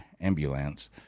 ambulance